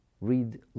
read